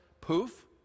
poof